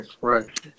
Right